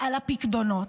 על הפיקדונות.